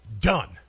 done